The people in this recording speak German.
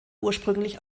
ursprünglich